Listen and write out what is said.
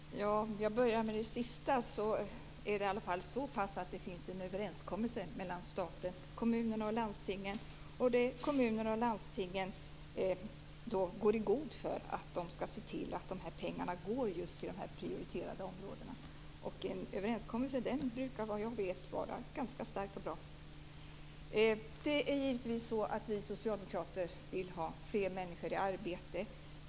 Fru talman! För att börja med det sista är det i alla fall så att det finns en överenskommelse mellan staten, kommunerna och landstingen, och kommuner och landsting går i god för att de här pengarna går till just de prioriterade områdena. En överenskommelse brukar, vad jag vet, vara ganska stark och bra. Det är givetvis så att vi socialdemokrater vill ha fler människor i arbete.